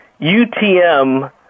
UTM